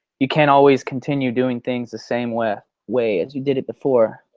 you can't always continue doing things the same way way as you did it before.